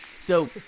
So-